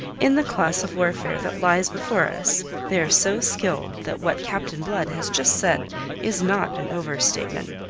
in the class of warfare that lies before us they are so skilled that what captain blood has just said is not an overstatement.